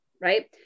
Right